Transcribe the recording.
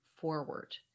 forward